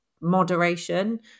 moderation